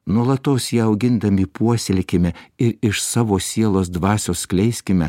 nuolatos ją augindami puoselėkime ir iš savo sielos dvasios skleiskime